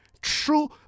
true